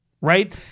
right